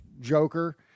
Joker